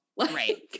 right